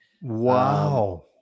Wow